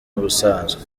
n’ubusanzwe